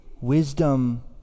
wisdom